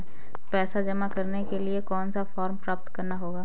पैसा जमा करने के लिए कौन सा फॉर्म प्राप्त करना होगा?